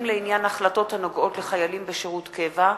לעניין החלטות הנוגעות לחיילים בשירות קבע),